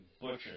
butchers